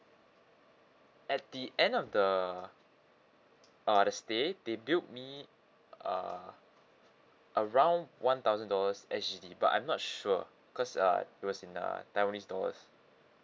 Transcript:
at the end of the err the stay they billed me err around one thousand dollars S_G_D but I'm not sure cause uh it was in uh taiwanese dollars